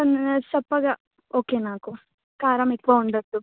చప్పగా ఓకే నాకు కారం ఎక్కువ ఉండద్దు